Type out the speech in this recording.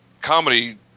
comedy